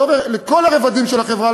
בכל הרבדים של החברה,